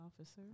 officer